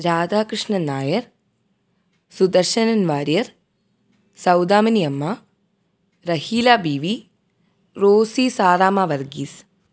Radhakrishnan Nair Sudarsanan Warrier Saudamini Amma Raheela Beevi Rosy Saramma Varghese